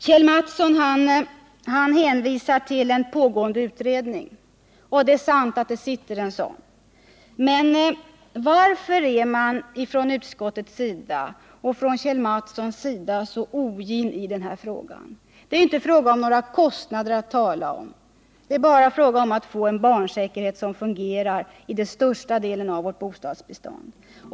Kjell Mattsson hänvisar till en pågående utredning, och det är sant att det finns en sådan. Men varför är utskottet och Kjell Mattsson så ogina i denna fråga? Det blir inte några kostnader att tala om. Det är bara fråga om att få en barnsäkerhet som fungerar i största delen av vårt bostadsbestånd.